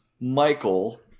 michael